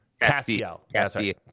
Castiel